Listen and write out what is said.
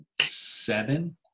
seven